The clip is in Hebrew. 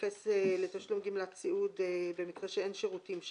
מתייחס לתשלום גמלת סיעוד במקרה שאין שירותים,